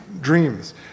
dreams